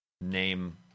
name